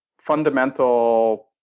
fundamental